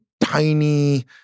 tiny